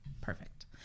Perfect